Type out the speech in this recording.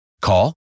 Call